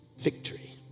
Victory